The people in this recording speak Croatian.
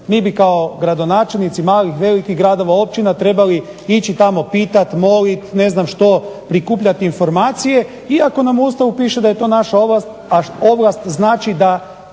Mi bi kao gradonačelnici malih, velikih gradova, općina trebali ići tamo pitati, moliti ne znam što prikupljati informacije, iako nam u Ustavu da je to naša ovlast, a ovlast znači da